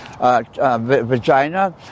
vagina